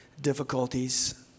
difficulties